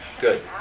Good